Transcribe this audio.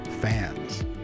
fans